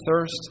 thirst